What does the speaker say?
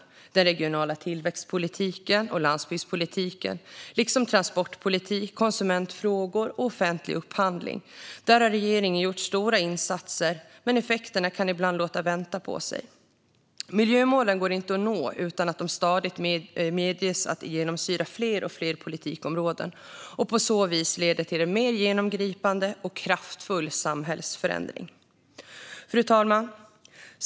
I den regionala tillväxtpolitiken och landsbygdspolitiken liksom i transportpolitik, konsumentfrågor och offentlig upphandling har regeringen gjort stora insatser, men effekterna kan ibland låta vänta på sig. Miljömålen går dock inte att nå utan att de stadigt medges genomsyra fler och fler politikområden och på så vis leder till en mer genomgripande och kraftfull samhällsförändring. Fru talman!